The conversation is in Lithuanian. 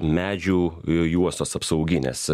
medžių juostos apsauginės